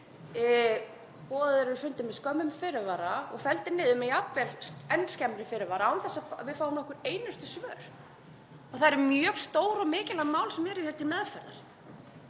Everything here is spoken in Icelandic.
Fundir eru boðaðir með skömmum fyrirvara og felldir niður með jafnvel enn skemmri fyrirvara án þess að fáist nokkur einustu svör. Og það eru mjög stór og mikilvæg mál sem eru hér til meðferðar,